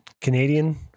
Canadian